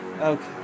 Okay